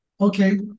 okay